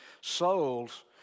souls